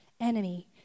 enemy